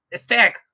stack